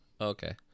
Okay